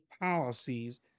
policies